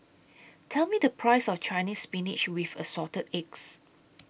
Tell Me The Price of Chinese Spinach with Assorted Eggs